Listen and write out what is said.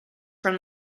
from